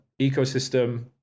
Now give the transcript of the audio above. ecosystem